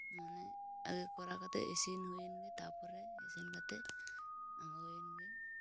ᱢᱟᱱᱮ ᱟᱜᱮ ᱠᱚᱨᱟᱣ ᱠᱟᱛᱮᱫ ᱤᱥᱤᱱ ᱦᱩᱭᱮᱱᱜᱮ ᱛᱟᱨᱯᱚᱨᱮ ᱤᱥᱤᱱ ᱠᱟᱛᱮᱫ ᱟᱬᱜᱚ ᱦᱩᱭᱮᱱ ᱜᱮ